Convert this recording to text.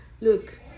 Look